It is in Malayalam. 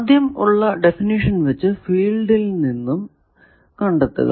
ആദ്യം ഉള്ള ഡെഫിനിഷൻ വച്ച് ഫീൽഡിൽ നിന്നും കണ്ടെത്തുക